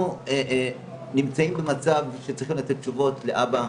אנחנו נמצאים במצב שצריכים לתת תשובות לאבא,